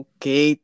Okay